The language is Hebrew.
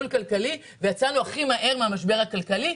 כלכלי ויצאנו הכי מהר מהמשבר הכלכלי,